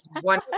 one